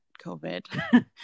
COVID